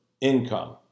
income